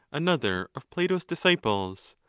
another of plato s disciples.